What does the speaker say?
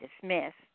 dismissed